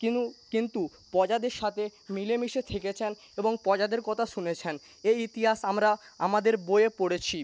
কিন্তু প্রজাদের সাথে মিলেমিশে থেকেছেন এবং প্রজাদের কথা শুনেছেন এই ইতিহাস আমরা আমাদের বইয়ে পড়েছি